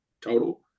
total